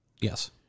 Yes